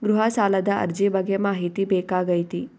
ಗೃಹ ಸಾಲದ ಅರ್ಜಿ ಬಗ್ಗೆ ಮಾಹಿತಿ ಬೇಕಾಗೈತಿ?